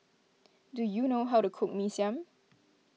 do you know how to cook Mee Siam